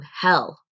hell